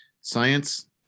science